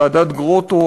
ועדת גרוטו,